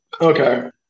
Okay